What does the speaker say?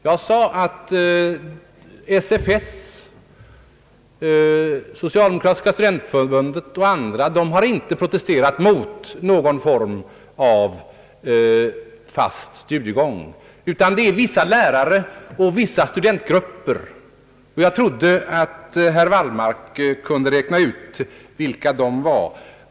Jag sade att SFS, Socialdemokratiska studentförbundet och andra inte hade protesterat mot någon form av fast studiegång utan att det var vissa lärare och vissa studentgrupper som gjort det. Jag trodde att herr Wallmark kunde räkna ut vilka de var.